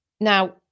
Now